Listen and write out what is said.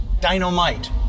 Dynamite